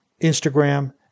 Instagram